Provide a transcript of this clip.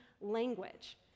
language